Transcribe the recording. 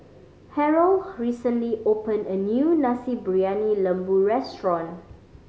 Harold recently opened a new Nasi Briyani Lembu restaurant